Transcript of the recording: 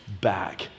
back